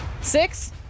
Six